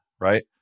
right